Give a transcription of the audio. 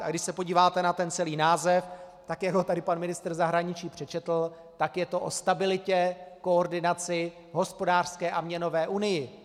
A když se podíváte na celý název, tak jak ho tady pan ministr zahraničí přečetl, tak je to o stabilitě, koordinaci, hospodářské a měnové unii.